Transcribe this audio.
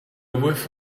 whiff